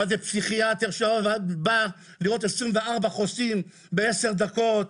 מה זה פסיכיאטר שבא לראות 24 חוסים בעשר דקות,